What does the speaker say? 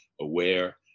aware